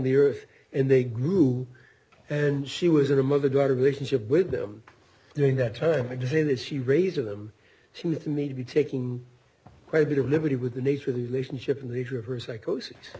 the earth and they grew and she was in a mother daughter relationship with them during that time magazine that she raising them she with me to be taking quite a bit of liberty with the nature of the relationship in the age of her psychosis